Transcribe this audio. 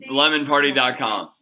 lemonparty.com